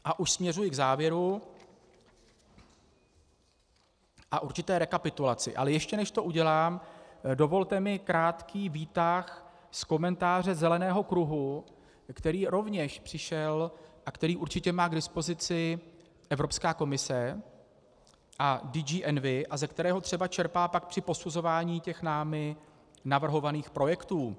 A už směřuji k závěru a určité rekapitulaci, ale ještě než to udělám, dovolte mi krátký výtah z komentáře Zeleného kruhu, který rovněž přišel a který určitě má k dispozici Evropská komise a DG Envi a z kterého třeba pak čerpá při posuzování námi navrhovaných projektů.